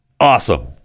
awesome